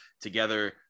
together